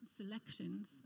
selections